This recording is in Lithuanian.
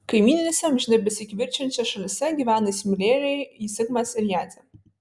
kaimyninėse amžinai besikivirčijančiose šalyse gyvena įsimylėjėliai zigmas ir jadzė